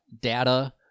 data